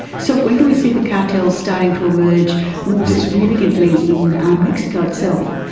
so when do we see the cartels starting to emerge more significantly in mexico itself?